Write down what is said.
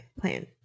plan